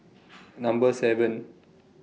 Number seven